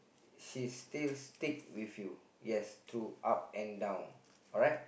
she's still stick with you yes through up and down